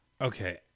Okay